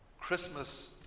Christmas